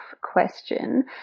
question